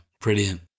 brilliant